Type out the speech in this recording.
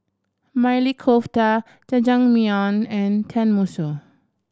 Maili Kofta Jajangmyeon and Tenmusu